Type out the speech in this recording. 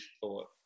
thought